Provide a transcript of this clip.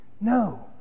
No